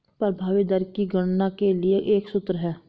प्रभावी दर की गणना के लिए एक सूत्र है